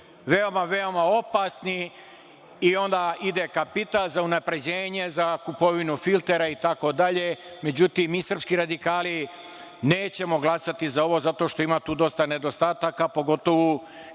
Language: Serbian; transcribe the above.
veoma, veoma opasni, i onda kapital za unapređenje, za kupovinu filtera, itd.Međutim, mi srpski radikali nećemo glasati za ovo zato što ima tu dosta nedostataka, a pogotovo